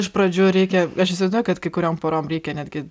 iš pradžių reikia aš įsivaizduoju kad kai kuriom porom reikia netgi